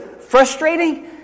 frustrating